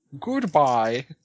Goodbye